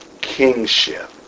kingship